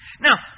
Now